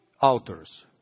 authors